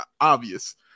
obvious